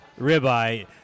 ribeye